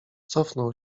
cofnął